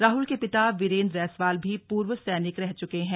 राहुल के पिता वीरेंद्र रैंसवाल भी पूर्व सैनिक रह चुके हैं